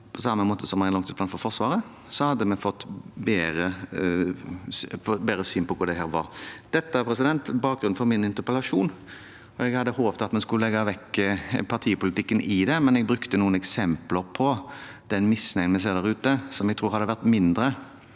på samme måte som vi har med langtidsplanen for Forsvaret, hadde vi kanskje fått et bedre syn på hvordan dette var. Dette er bakgrunnen for min interpellasjon. Jeg hadde håpet at vi skulle legge vekk partipolitikken i det. Jeg brukte noen eksempler på den misnøyen vi ser der ute, som jeg tror hadde vært mindre